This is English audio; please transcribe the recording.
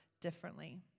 differently